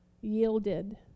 yielded